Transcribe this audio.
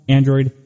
Android